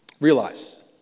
Realize